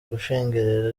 gushengerera